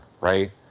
right